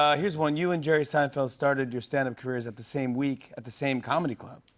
ah here's one you and jerry seinfeld started your stand-up careers at the same week at the same comedy club.